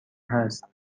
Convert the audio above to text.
هست